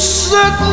set